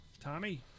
Tommy